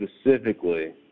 specifically